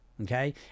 Okay